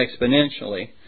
exponentially